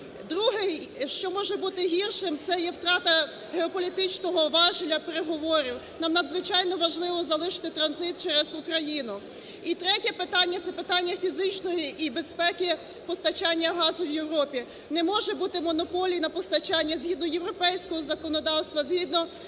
Друге, що може бути гіршим, це є втрата геополітичного важеля переговорів. Нам надзвичайно важливо залишити транзит через Україну. І третє питання – це питання фізичної… і безпеки постачання газу в Європі. Не може бути монополії на постачання, згідно європейського законодавства,